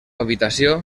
habitació